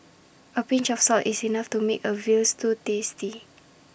A pinch of salt is enough to make A Veal Stew tasty